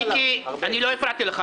מיקי, אני לא הפרעתי לך.